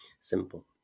simple